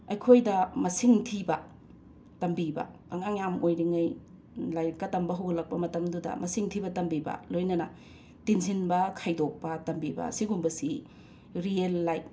ꯑꯩꯈꯣꯏꯗ ꯃꯁꯤꯡ ꯊꯤꯕ ꯇꯝꯕꯤꯕ ꯑꯉꯥꯡ ꯌꯥꯝ ꯑꯣꯏꯔꯤꯉꯩ ꯂꯥꯏꯔꯤꯛꯀ ꯇꯝꯕ ꯍꯧꯒꯠꯂꯛꯄ ꯃꯇꯝꯗꯨꯗ ꯃꯁꯤꯡ ꯊꯤꯕ ꯇꯝꯕꯤꯕ ꯂꯣꯏꯅꯅ ꯇꯤꯟꯁꯤꯟꯕ ꯈꯥꯏꯗꯣꯛꯄ ꯇꯝꯕꯤꯕ ꯑꯁꯤꯒꯨꯝꯕꯁꯤ ꯔꯤꯌꯦꯜ ꯂꯥꯏꯐ